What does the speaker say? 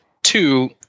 Two